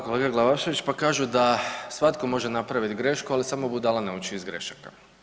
Kolega Glavašević pa kažu da svatko može napraviti grešku, ali samo budala nauči iz grešaka.